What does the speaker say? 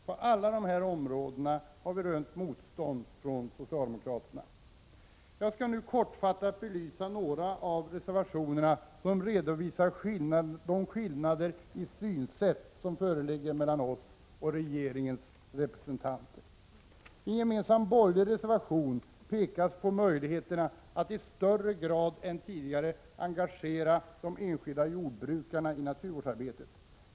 På alla dessa områden har vi rönt motstånd från socialdemokraterna. Jag skall nu kortfattat belysa några av reservationerna, som redovisar de skillnader i synsätt som föreligger mellan oss och regeringens representanter. I en gemensam borgerlig reservation pekas på möjligheterna att i högre grad än tidigare engagera de enskilda jordbrukarna i naturvårdsarbetet.